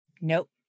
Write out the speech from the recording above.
Nope